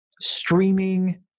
streaming